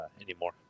anymore